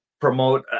promote